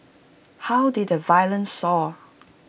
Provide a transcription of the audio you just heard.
how did the violence soar